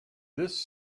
this